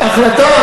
החלטה?